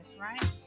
right